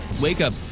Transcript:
wake-up